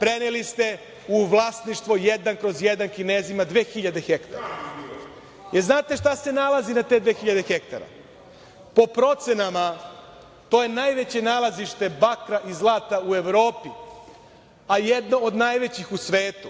preneli ste u vlasništvo, jedan kroz jedan, Kinezima, 2.000 hektara. Da li znate šta se nalazi na tih 2.000 hektara? Po procenama to je najveće nalazišta bakra i zlata u Evropi, a jedno od najvećih u svetu.